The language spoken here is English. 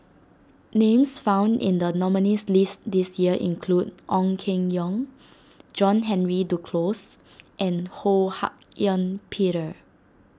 names found in the nominees' list this year include Ong Keng Yong John Henry Duclos and Ho Hak Ean Peter